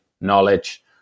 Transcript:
knowledge